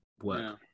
work